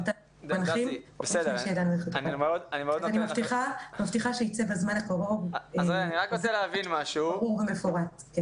אני מבטיחה שבזמן הקרוב יצא חוזר ברור ומפורט.